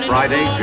Friday